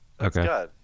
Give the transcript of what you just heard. Okay